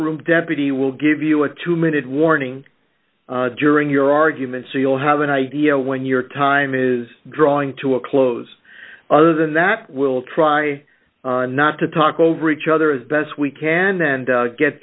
m deputy will give you a two minute warning during your arguments so you'll have an idea when your time is drawing to a close other than that we'll try not to talk over each other as best we can and get